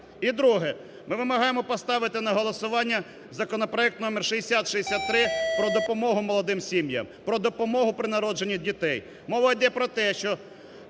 І друге, ми вимагаємо поставити на голосування законопроект номер 6063 про допомогу молодим сім'ям, про допомогу при народженні дітей. Мова йде про те, що